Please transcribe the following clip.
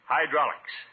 Hydraulics